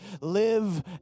live